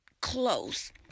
close